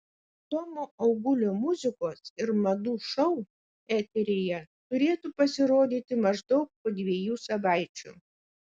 tomo augulio muzikos ir madų šou eteryje turėtų pasirodyti maždaug po dviejų savaičių